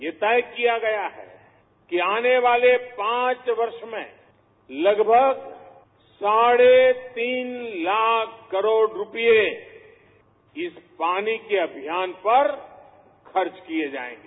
यह तय किया गया है की आनेवाले पांच वर्ष में लगभग साडेतीन लाख करोड रूपये इस पानी के अभियानपर खर्च किए जाएंगे